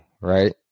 right